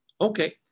Okay